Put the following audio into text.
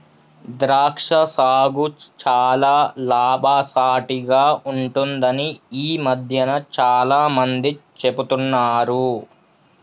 ద్రాక్ష సాగు చాల లాభసాటిగ ఉంటుందని ఈ మధ్యన చాల మంది చెపుతున్నారు